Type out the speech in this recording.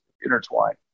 intertwined